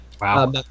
wow